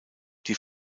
die